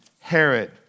Herod